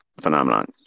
phenomenon